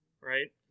Right